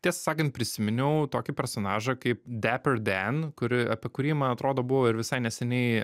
tiesą sakant prisiminiau tokį personažą kaip deper dan kuri apie kurį man atrodo buvo ir visai neseniai